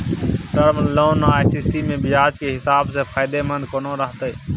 Term loan आ CC म ब्याज के हिसाब से फायदेमंद कोन रहते?